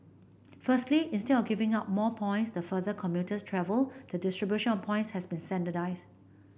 firstly instead of giving out more points the further commuters travel the distribution of points has been standardised